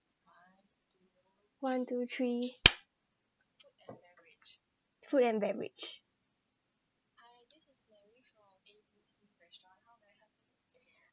one two three food and beverage